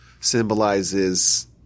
symbolizes